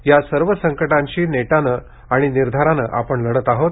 या सर्व संकटाशी नेटानं आणि निर्धारानं आपण लढत आहोत